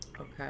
Okay